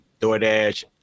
DoorDash